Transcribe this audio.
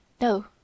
No